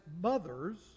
mothers